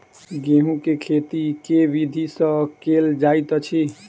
गेंहूँ केँ खेती केँ विधि सँ केल जाइत अछि?